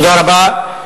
תודה רבה.